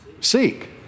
seek